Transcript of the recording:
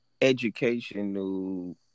educational